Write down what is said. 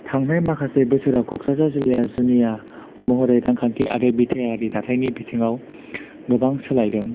थांनाय माखासे बोसोराव कक्राझार जिल्लाया जुनिया महरै रांखान्थि आरो दैथायारि दाथायनि बिथिङाव गोबां सोलायदों